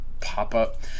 pop-up